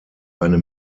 eine